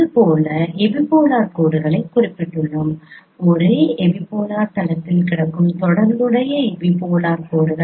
இதேபோல் எபிபோலர் கோடுகளை குறிப்பிட்டுள்ளோம் ஒரே எபிபோலார் தளத்தில் கிடக்கும் தொடர்புடைய எபிபோலார் கோடுகள்